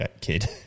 kid